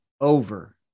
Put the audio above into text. over